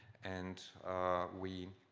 and we